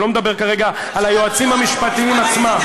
אני לא מדבר כרגע על היועצים המשפטיים עצמם.